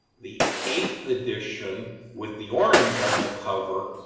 the eighth edition with the orange on the cover